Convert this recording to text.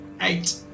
eight